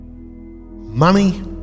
Money